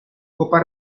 copa